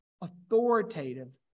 authoritative